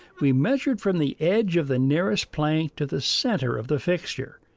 we measured from the edge of the nearest plank to the center of the fixture,